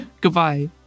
Goodbye